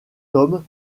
tome